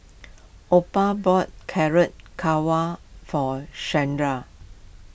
Opal bought Carrot for Sharde